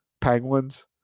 penguins